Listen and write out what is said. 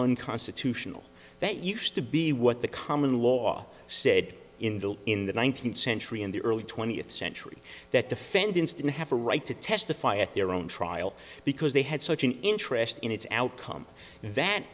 unconstitutional that used to be what the common law said in the in the nineteenth century in the early twentieth century that defendants didn't have a right to testify at their own trial because they had such an interest in its outcome that